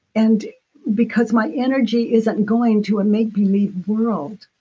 and because my energy isn't going to a make believe world,